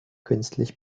künstlich